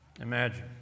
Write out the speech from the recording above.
Imagine